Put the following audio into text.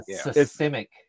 systemic